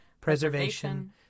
preservation